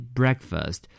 breakfast